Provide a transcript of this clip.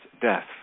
death